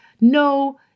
no